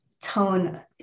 tone